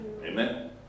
Amen